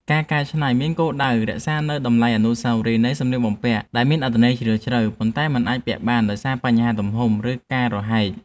ការកែច្នៃមានគោលដៅរក្សានូវតម្លៃអនុស្សាវរីយ៍នៃសម្លៀកបំពាក់ដែលមានអត្ថន័យជ្រាលជ្រៅ ប៉ុន្តែមិនអាចពាក់បានដោយសារបញ្ហាទំហំ ឬការរហែក។